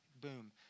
boom